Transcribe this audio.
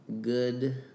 good